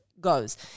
goes